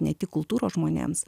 ne tik kultūros žmonėms